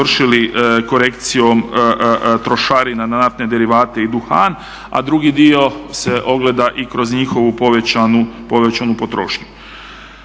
korekcijom trošarina na naftne derivate i duhan a drugi dio se ogleda i kroz njihovu povećanu potrošnju.